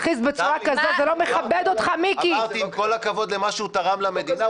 בשביל זה אלה שנמצאים לידינו מרשים לעצמם לקלל בצורה כזו.